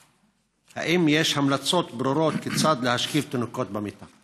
3. האם יש המלצות ברורות כיצד להשכיב תינוקות במיטה?